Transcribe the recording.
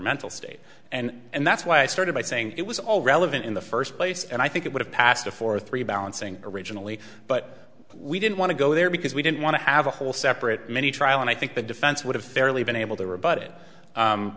mental state and that's why i started by saying it was all relevant in the first place and i think it would have passed a fourth rebalancing originally but we didn't want to go there because we didn't want to have a whole separate many trial and i think the defense would have fairly been able to rebut